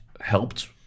helped